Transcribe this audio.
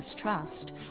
Trust